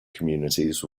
communities